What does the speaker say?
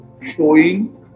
showing